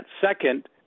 Second